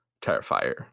Terrifier